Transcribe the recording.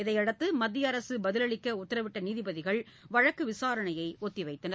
இதையடுத்து மத்திய அரசு பதிலளிக்க உத்தரவிட்ட நீதிபதிகள் வழக்கு விசாரணையை ஒத்தி வைத்தனர்